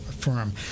firm